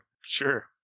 Sure